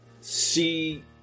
see